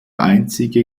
einzige